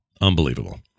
Unbelievable